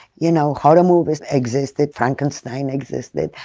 you know horror movies existed, frankenstein existed,